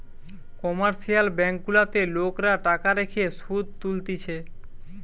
commercial bank গুলাতে লোকরা টাকা রেখে শুধ তুলতিছে